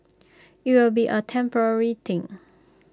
IT will be A temporary thing